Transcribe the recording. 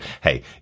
hey